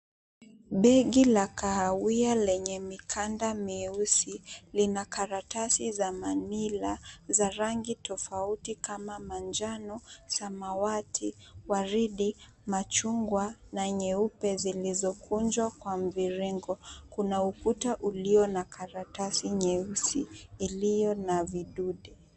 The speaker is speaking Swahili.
Begi la kahawia lenye mikanda mieusi, lina karatasi za manila za rangi tofauti kama manjano, samawati, waridi, machungwa na nyeupe zilizokunjwa kwa mviringo. Kuna ukuta ulio na karatasi nyeusi ilio na vidude.